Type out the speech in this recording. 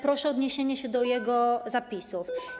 Proszę o odniesienie się do jego zapisów.